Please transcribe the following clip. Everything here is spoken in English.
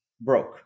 Broke